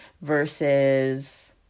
versus